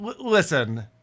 listen